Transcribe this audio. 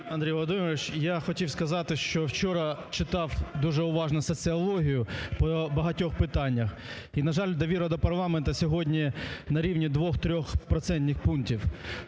Андрій Володимирович. Я хотів сказати, що вчора читав дуже уважно соціологію по багатьох питаннях, і, на жаль, довіра до парламенту сьогодні на рівні двох-трьох